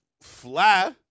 fly